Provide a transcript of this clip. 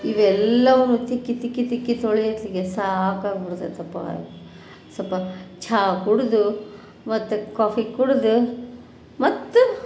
ಇವೆಲ್ಲವೂ ತಿಕ್ಕಿ ತಿಕ್ಕಿ ತಿಕ್ಕಿ ತೊಳಿಯೊತ್ತಿಗೆ ಸಾಕಾಗ್ಬಿಡ್ತೈತಪ್ಪಾ ಸ್ವಲ್ಪ ಚಹಾ ಕುಡಿದು ಮತ್ತೆ ಕಾಫಿ ಕುಡ್ದು ಮತ್ತು